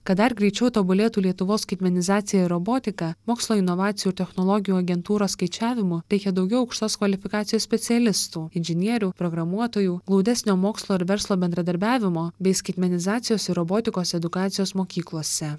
kad dar greičiau tobulėtų lietuvos skaitmenizacija ir robotika mokslo inovacijų technologijų agentūros skaičiavimu reikia daugiau aukštos kvalifikacijos specialistų inžinierių programuotojų glaudesnio mokslo ir verslo bendradarbiavimo bei skaitmenizacijos ir robotikos edukacijos mokyklose